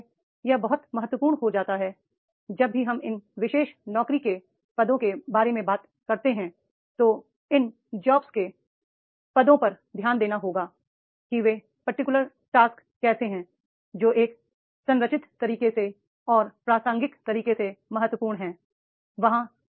इसलिए यह बहुत महत्वपूर्ण हो जाता है जब भी हम इन विशेष नौकरी के पदों के बारे में बात करते हैं तो इन जॉब्स के पदों पर ध्यान देना होगा कि ये पर्टिकुलर टास्क कैसे हैं जो एक संरचित तरीके से और प्रासंगिक तरीके से महत्वपूर्ण हैं वहाँ